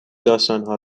داستانها